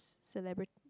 celebrate